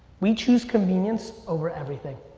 we choose convenience over everything.